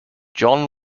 john